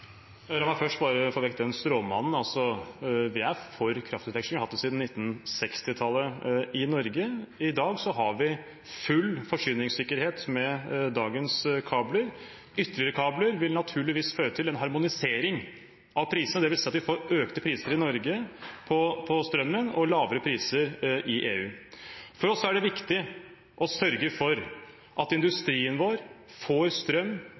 La meg først bare få vekk den stråmannen: Vi er for kraftutveksling, vi har hatt det siden 1960-tallet i Norge. Vi har full forsyningssikkerhet med dagens kabler. Ytterligere kabler vil naturligvis føre til en harmonisering av prisene, dvs. at vi får økte priser på strøm i Norge, og at de får lavere priser i EU. For oss er det viktig å sørge for at industrien vår får strøm